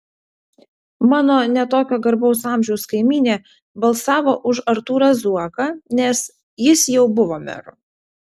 mano ne tokio garbaus amžiaus kaimynė balsavo už artūrą zuoką nes jis jau buvo meru